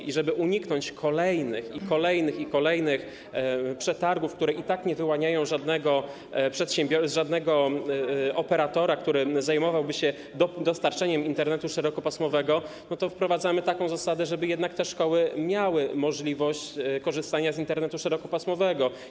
I żeby uniknąć kolejnych i kolejnych, i kolejnych przetargów, które i tak nie wyłaniają żadnego operatora, który zajmowałby się dostarczeniem Internetu szerokopasmowego, wprowadzamy taką zasadę, żeby jednak te szkoły miały możliwość korzystania z Internetu szerokopasmowego.